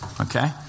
okay